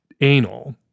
anal